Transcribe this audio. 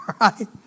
right